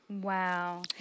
Wow